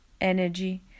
energy